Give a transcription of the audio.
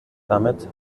damit